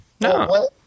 No